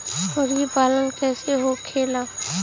मुर्गी पालन कैसे होखेला?